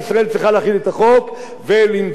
ולמצוא את אמצעי הזיהוי שלהם,